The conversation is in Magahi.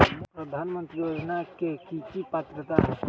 प्रधानमंत्री योजना के की की पात्रता है?